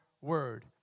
word